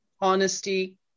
honesty